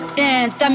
dance